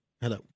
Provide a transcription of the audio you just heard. Hello